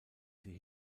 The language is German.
sie